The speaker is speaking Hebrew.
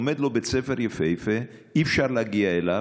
עומד לו בית ספר יפהפה, אי-אפשר להגיע אליו,